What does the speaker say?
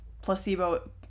placebo